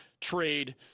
trade